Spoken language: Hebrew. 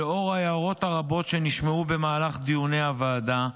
לאור ההערות הרבות שנשמעו במהלך דיוני הוועדה,